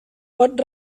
pot